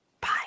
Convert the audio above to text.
Bye